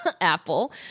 apple